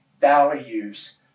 values